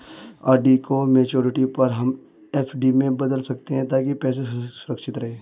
RD की maturity पर हम एफ.डी में बदल सकते है ताकि पैसे सुरक्षित रहें